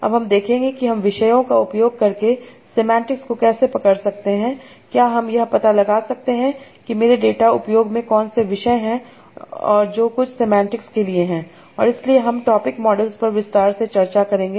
अब हम देखेंगे कि हम विषयों का उपयोग करके सेमांटिक्स को कैसे पकड़ सकते हैं क्या हम यह पता लगा सकते हैं कि मेरे डेटा उपयोग में कौन से विषय हैं जो कुछ सेमांटिक्स के लिए हैं और इसीलिए हम टॉपिक मॉडल्स पर विस्तार से चर्चा करेंगे